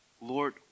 Lord